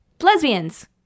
lesbians